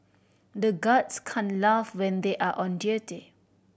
the guards can't laugh when they are on duty